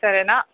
సరేనా